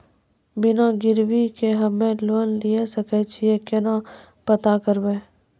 बिना गिरवी के हम्मय लोन लिये सके छियै केना पता करबै?